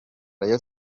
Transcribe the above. rayon